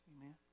Amen